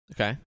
okay